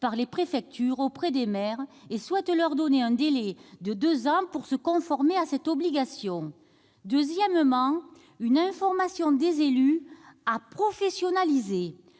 par les préfectures auprès des maires, qui auraient un délai de deux ans pour se conformer à cette obligation. Deuxièmement, l'information des élus doit être professionnalisée.